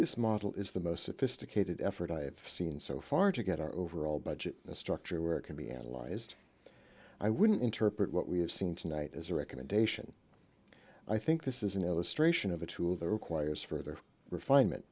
this model is the most sophisticated effort i have seen so far to get our overall budget structure where it can be analyzed i wouldn't interpret what we have seen tonight as a recommendation i think this is an illustration of a tool that requires further refine